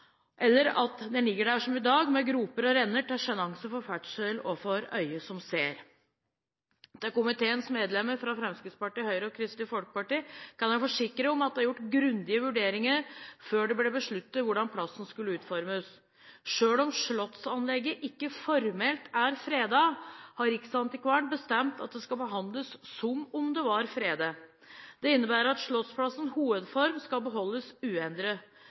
eller at den ligger der som i dag med groper og renner til sjenanse for ferdsel og for øyne som ser. Til komiteens medlemmer fra Fremskrittspartiet, Høyre og Kristelig Folkeparti kan jeg forsikre om at det er gjort grundige vurderinger før det ble besluttet hvordan plassen skulle utformes. Selv om slottsanlegget ikke formelt er fredet, har Riksantikvaren bestemt at det skal behandles som om det var fredet. Det innebærer at Slottsplassens hovedform skal beholdes uendret.